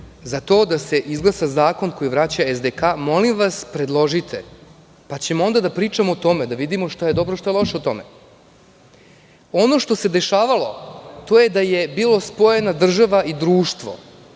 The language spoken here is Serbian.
za to da se izglasa zakon koji vraća SDK, molim vas, predložite pa ćemo onda da pričamo o tome, da vidimo šta je dobro, šta je loše u tome. Ono što se dešavalo, to je da je bila spojena država i društvo,